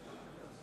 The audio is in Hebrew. מצביע אילן גילאון,